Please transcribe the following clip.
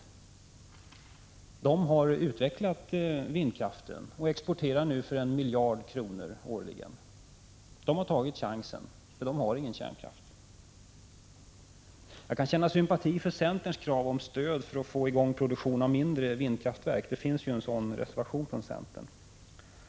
I Danmark har man utvecklat vindkraften och exporterar nu sådan för 1 miljard kronor årligen. Danmark har tagit chansen, för Danmark har som sagt ingen kärnkraft. Jag kan känna sympati för centerns krav om ett stöd för att få i gång Prot. 1985/86:124 produktion av mindre vindkraftverk — det finns ju en sådan reservation från — 23 april 1986 centern.